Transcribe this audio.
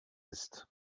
ist